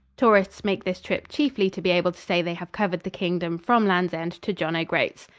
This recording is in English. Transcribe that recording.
tourists make this trip chiefly to be able to say they have covered the kingdom from lands end to john o' groats.